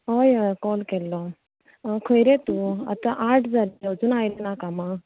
हय हय कॉल केल्लो खंय रे तूं आठ जालीं अजून आयल ना कामाक